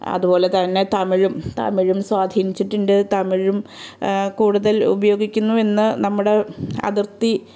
അതുപോലെ തന്നെ തമിഴും തമിഴും സ്വാധിനിച്ചിട്ടുണ്ട് തമിഴും കൂടുതൽ ഉപയോഗിക്കുന്നു എന്ന നമ്മുടെ അതിർത്തി